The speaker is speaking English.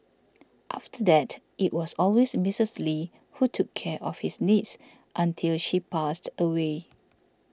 after that it was always Misters Lee who took care of his needs until she passed away